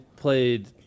played